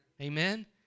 Amen